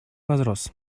возрос